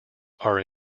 are